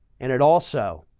and it also,